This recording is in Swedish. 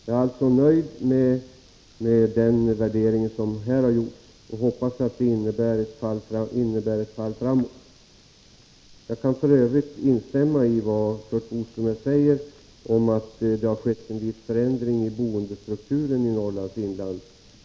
Jag är alltså nöjd med den värdering som här har gjorts och hoppas att det innebär ett fall framåt. Jag kan f. ö. instämma i vad Curt Boström sade om att det har skett en viss förändring i boendestrukturen i Norrlands inland.